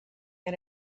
and